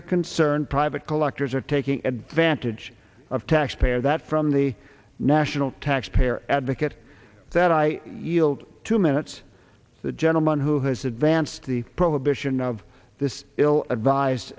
are concerned private collectors are taking advantage of taxpayer that from the national taxpayer advocate that i yield two minutes to the gentleman who has advanced the prohibition of this ill advised